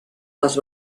les